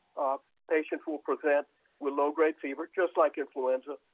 patients will present with low-grade fever, just like influenza,